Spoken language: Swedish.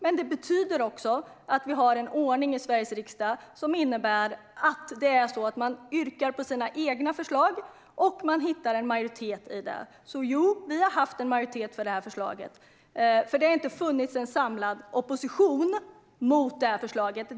Det betyder också att vi har en ordning i Sveriges riksdag som innebär att man yrkar bifall till sina egna förslag, och man hittar en majoritet för dem. Jo, vi har haft en majoritet för vårt förslag. Det har nämligen inte funnits någon samlad opposition mot det här förslaget.